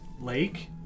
Lake